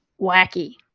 Wacky